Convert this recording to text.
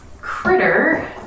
critter